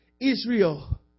Israel